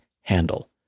handle